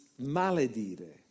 maledire